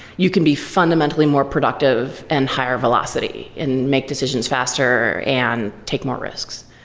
you can be fundamentally more productive and higher velocity and make decisions faster and take more risks.